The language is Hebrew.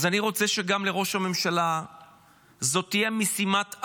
אז אני רוצה שגם לראש הממשלה זו תהיה משימת-על,